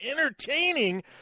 entertaining